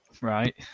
Right